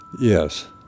Yes